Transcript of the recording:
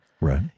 Right